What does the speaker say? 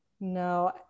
No